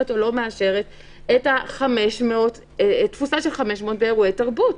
או לא מאשרת תפוסה של 500 באירועי תרבות.